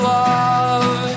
love